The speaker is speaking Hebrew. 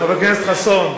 חבר הכנסת חסון,